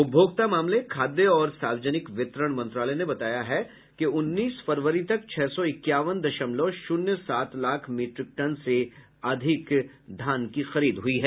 उपभोक्ता मामले खाद्य और सार्वजनिक वितरण मंत्रालय ने बताया है कि उन्नीस फरवरी तक छह सौ इक्यावन दशमलव शून्य सात लाख मीट्रिक टन से अधिक खरीद हुई हैं